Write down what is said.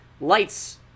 lights